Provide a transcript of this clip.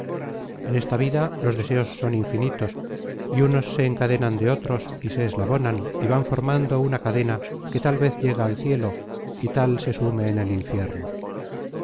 en esta vida los deseos son infinitos y unos se encadenan de otros y se eslabonan y van formando una ca dena que tal vez llega al cielo y tal se sume en el infierno